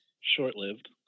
short-lived